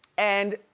and,